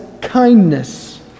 kindness